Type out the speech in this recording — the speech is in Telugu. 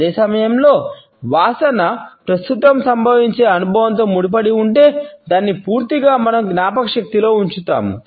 అదే సమయంలో వాసన ప్రస్తుతం సంభవించే అనుభవంతో ముడిపడి ఉంటే దాన్ని పూర్తిగా మన జ్ఞాపకశక్తిలో ఉంచుతాము